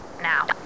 now